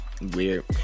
weird